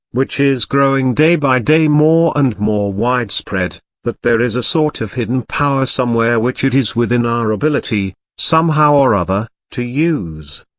which is growing day by day more and more widespread, that there is a sort of hidden power somewhere which it is within our ability, somehow or other, to use.